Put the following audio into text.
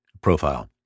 profile